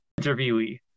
interviewee